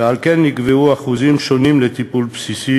ועל כן נקבעו אחוזים שונים לטיפול בסיסי